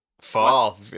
fall